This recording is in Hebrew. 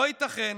לא ייתכן